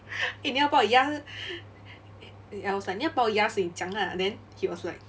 eh 你要把我压 I was like 你要把我压死你讲啦 then he was like